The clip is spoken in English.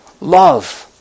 love